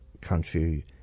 country